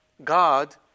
God